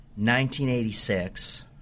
1986